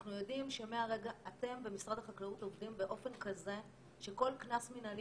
אנחנו יודעים שאתם במשרד החקלאות עובדים באופן כזה שכל קנס מנהלי